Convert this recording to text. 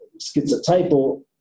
schizotypal